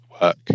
work